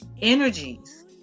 energies